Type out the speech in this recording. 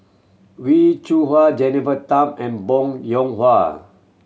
Wee Cho Yaw Jennifer Tham and Bong Hiong Hwa